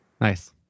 Nice